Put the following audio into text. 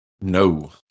No